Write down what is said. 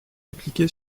appliqué